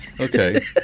Okay